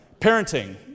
Parenting